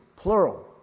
Plural